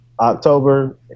October